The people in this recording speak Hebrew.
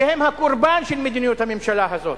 שהם הקורבן של מדיניות הממשלה הזו.